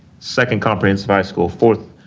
second comprehensive high school, fourth